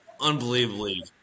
unbelievably